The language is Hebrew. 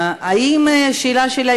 השאלה שלי,